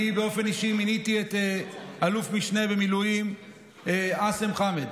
אני באופן אישי מיניתי את אלוף-משנה במילואים עצאם חמד